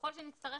ככל שנצטרך,